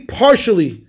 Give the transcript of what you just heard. partially